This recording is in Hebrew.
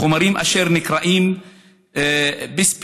חומרים אשר נקראים ביספינול